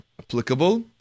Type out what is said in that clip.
applicable